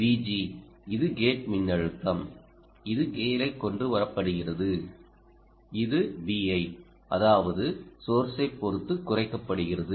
VG இது gate மின்னழுத்தம் இது கீழே கொண்டு வரப்படுகிறது இது Vi அதாவது சோர்ஸை பொறுத்து குறைக்கப்படுகிறது